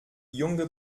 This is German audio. junge